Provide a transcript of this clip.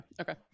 Okay